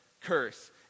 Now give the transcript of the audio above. curse